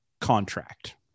contract